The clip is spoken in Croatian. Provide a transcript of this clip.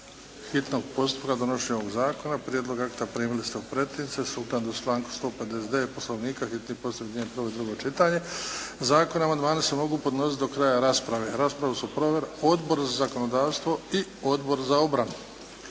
hitnog postupka donošenja ovog zakona. Prijedlog akta primili ste u pretince. Sukladno članku 159. Poslovnika, hitni postupak, … /Govornik se ne razumije./ … prvo i drugo čitanje. Zakon, amandmani se mogu podnositi do kraja rasprave. Raspravu su proveli: Odbor za zakonodavstvo i Odbor za obranu.